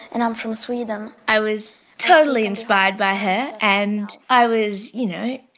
and i'm from sweden. i was totally inspired by her. and i was, you know,